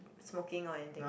smoking or anything